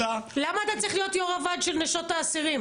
למה אתה צריך להיות יו"ר הוועד של נשות האסירים?